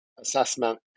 assessment